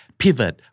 pivot